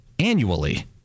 Annually